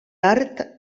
art